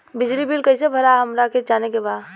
बिजली बिल कईसे भराला हमरा के जाने के बा?